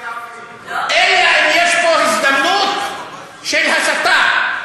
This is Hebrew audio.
אלא אם כן יש פה הזדמנות של הסתה.